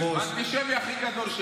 האנטישמי הכי גדול שיש.